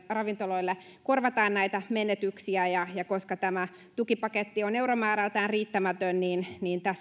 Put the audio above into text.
ravintoloille korvataan näitä menetyksiä ja koska tämä tukipaketti on euromäärältään riittämätön niin niin